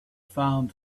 found